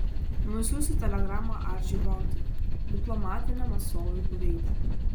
nusiųsiu telegramą arčiui gontui diplomatiniam atstovui kuveite